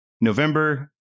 November